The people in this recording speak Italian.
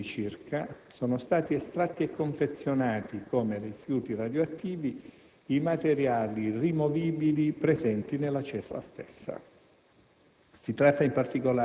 da 22 metri cubi circa, sono stati estratti e confezionati, come rifiuti radioattivi, i materiali rimovibili presenti nella cella stessa.